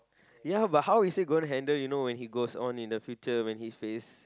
ya but how is he going handle you know when he goes on in the future when he face